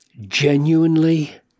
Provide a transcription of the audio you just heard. genuinely